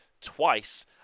twice